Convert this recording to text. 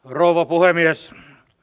rouva puhemies